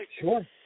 Sure